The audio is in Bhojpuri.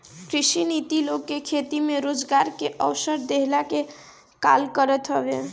कृषि नीति लोग के खेती में रोजगार के अवसर देहला के काल करत हवे